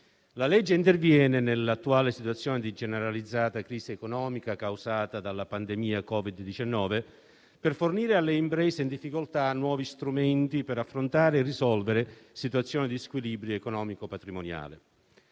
interviene, nell'attuale situazione di generalizzata crisi economica causata dalla pandemia da Covid-19, per fornire alle imprese in difficoltà nuovi strumenti per affrontare e risolvere situazioni di squilibrio economico-patrimoniale.